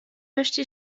möchte